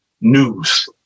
news